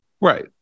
Right